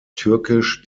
türkisch